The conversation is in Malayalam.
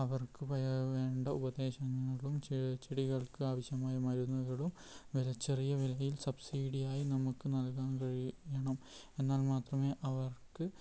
അവർക്കു വേണ്ട ഉപദേശങ്ങളും ചെടികൾക്ക് ആവശ്യമായ മരുന്നുകളും വില ചെറിയ വിലയിൽ സബ്സിഡി ആയി നമുക്ക് നൽകാൻ കഴിയണം എന്നാൽ മാത്രമേ അവർക്ക്